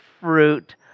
fruit